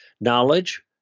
knowledge